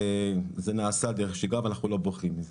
וזה נעשה דרך שגרה ואנחנו לא בורחים מזה.